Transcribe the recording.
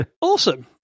awesome